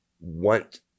want